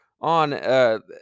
on